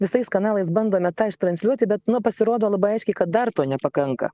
visais kanalais bandome tą ištransliuoti bet nu pasirodo labai aiškiai kad dar to nepakanka